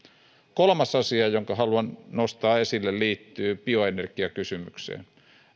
kolmas asia jonka haluan nostaa esille liittyy bioenergiakysymykseen